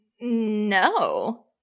No